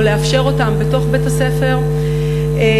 או לאפשר אותן בתוך בית-הספר באיזשהו